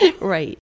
Right